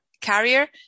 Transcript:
carrier